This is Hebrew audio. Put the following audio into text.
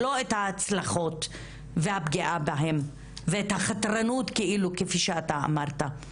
ולא ההצלחות והפגיעה בהן, והחתרנות כפי שאתה אמרת.